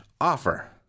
offer